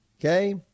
okay